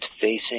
facing